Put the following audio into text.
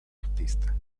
artista